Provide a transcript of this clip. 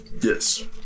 yes